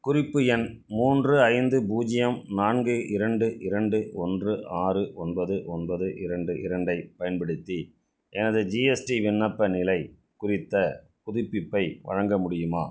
குறிப்பு எண் மூன்று ஐந்து பூஜ்ஜியம் நான்கு இரண்டு இரண்டு ஒன்று ஆறு ஒன்பது ஒன்பது இரண்டு இரண்டு ஐப் பயன்படுத்தி எனது ஜிஎஸ்டி விண்ணப்ப நிலை குறித்த புதுப்பிப்பை வழங்க முடியுமா